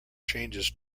changes